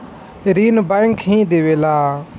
ऋण बैंक ही देवेला